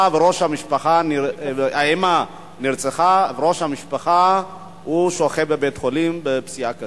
המשפחה נרצחה וראש המשפחה שוכב בבית-חולים עם פציעה קשה.